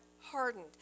hardened